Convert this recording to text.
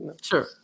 Sure